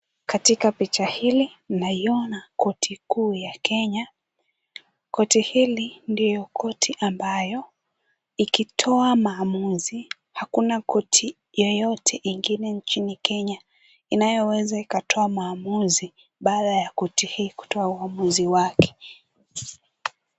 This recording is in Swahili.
Katika picha hili naiona koti kuu ya Kenya. Koti hili ndiyo koti ambayo ikitoa maamuzi hakuna koti yeyote ingine nchini Kenya inayoweza ikatoa maamuzi baada ya koti hii kutoa uamuzi wake.